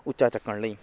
ਉੱਚਾ ਚੱਕਣ ਲਈ